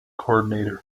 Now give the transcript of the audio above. coordinator